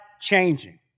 changing